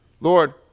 Lord